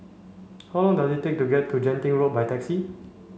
how long does it take to get to Genting Road by taxi